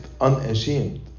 unashamed